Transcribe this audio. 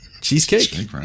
Cheesecake